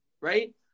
right